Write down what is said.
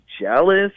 jealous